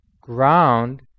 ground